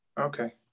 Okay